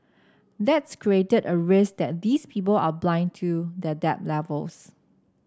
that's created a risk that these people are blind to their debt levels